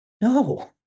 No